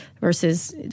versus